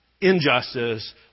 injustice